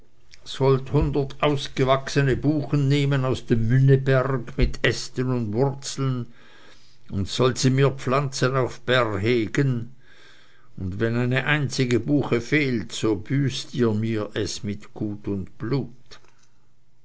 sollt hundert ausgewachsene buchen nehmen aus dem münneberg mit ästen und wurzeln und sollt sie mir pflanzen auf bärhegen und wenn eine einzige buche fehlt so büßt ihr mir es mit gut und blut